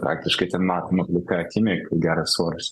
praktiškai ten matoma plika akimi geras oras